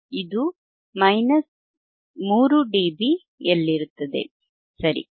ಇದು ಮೈನಸ್ 3 ಡಿಬಿಯಲ್ಲಿರುತ್ತದೆ ಸರಿ